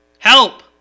Help